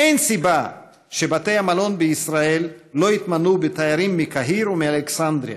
אין סיבה שבתי המלון בישראל לא יתמלאו בתיירים מקהיר ומאלכסנדריה,